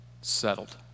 settled